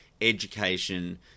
education